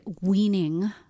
weaning